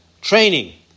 training